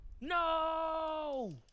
no